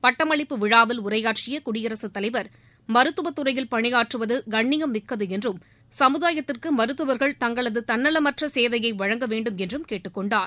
பட்டமளிப்பு விழாவில் உரையாற்றிய குடியரசுத் தலைவர் மருத்துவத்துறையில் பணியாற்றுவது கண்ணியமிக்கது என்றும் சமூதாயத்திற்கு மருத்துவர்கள் தங்களது தன்னலமற்ற சேவையை வழங்க வேண்டும் என்றும் கேட்டுக் கொண்டார்